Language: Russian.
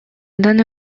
данный